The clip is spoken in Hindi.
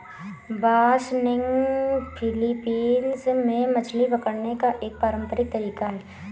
बासनिग फिलीपींस में मछली पकड़ने का एक पारंपरिक तरीका है